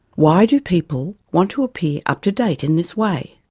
why do people want to appear up-to-date in this way?